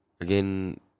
Again